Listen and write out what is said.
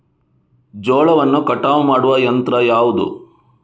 ಜೋಳವನ್ನು ಕಟಾವು ಮಾಡುವ ಯಂತ್ರ ಯಾವುದು?